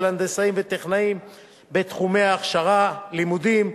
הנדסאים וטכנאים בתחומי הכשרה ולימודים,